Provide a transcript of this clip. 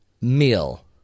meal